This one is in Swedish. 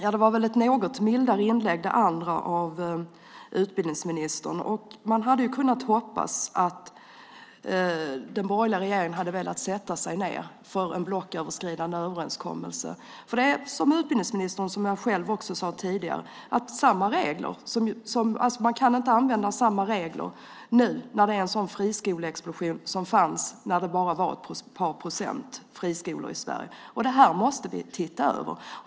Herr talman! Det andra inlägget av utbildningsministern var något mildare. Man hade kunnat hoppas att den borgerliga regeringen hade velat sätta sig ned för en blocköverskridande överenskommelse. Det är som utbildningsministern och också jag själv sade tidigare. Man kan inte använda samma regler nu när det är en sådan friskoleexplosion som när det bara fanns ett par procent friskolor i Sverige. Det här måste vi se över.